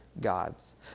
gods